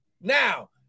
Now